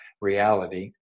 reality